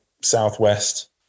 Southwest